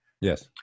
Yes